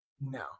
No